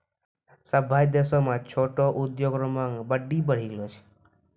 सभ्भे देश म छोटो उद्योग रो मांग बड्डी बढ़ी गेलो छै